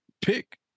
pick